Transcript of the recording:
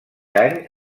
any